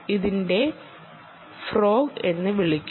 ഇതിനെ ഫ്രോഗ് എന്ന് വിളിക്കുന്നു